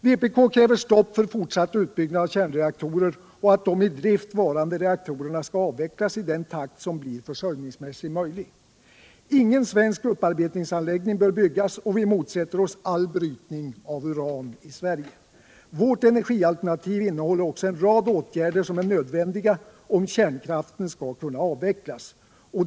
Vpk kräver stopp för fortsatt utbyggnad av kärnreaktorer och kräver vidare att de i drift varande reaktorerna skall avvecklas i den takt som är försörjningsmässigt möjlig. Ingen svensk upparbetningsanläggning bör byggas, och vi motsätter oss all brytning av uran i Sverige. Vårt energialternativ innehåller också en rad åtgärder som är nödvändiga, om kärnkraften skall kunna avvecklas.